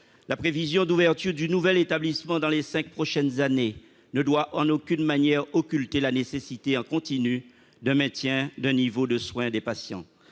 La prévision d'ouverture du nouvel établissement dans les cinq prochaines années ne doit en aucune manière occulter la nécessité du maintien du niveau de soins des patients.